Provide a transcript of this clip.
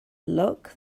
luck